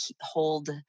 hold